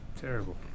Terrible